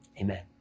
amen